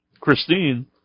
Christine